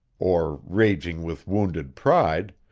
or raging with wounded pride,